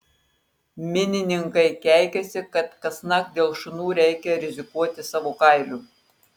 minininkai keikiasi kad kasnakt dėl šunų reikia rizikuoti savo kailiu